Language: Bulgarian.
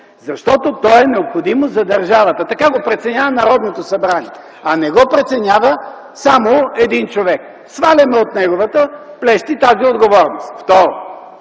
защото то е необходимо за държавата. Така го преценява Народното събрание, а не го преценява само един човек!”. Сваляме от неговите плещи тази отговорност. Второ,